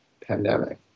pandemic